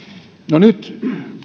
no nyt